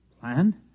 Plan